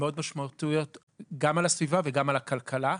מאוד משמעותיות גם על הסביבה וגם על הכלכלה.